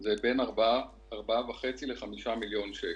הוא בין 4.5 ל-5 מיליון שקל,